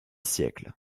siècles